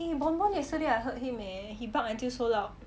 eh bonbon yesterday I heard him eh he bark until so loud